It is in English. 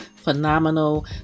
phenomenal